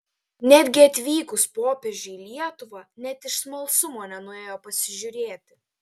netgi atvykus popiežiui į lietuvą net iš smalsumo nenuėjo pasižiūrėti